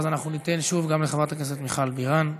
ואז ניתן שוב גם לחברת הכנסת מיכל בירן.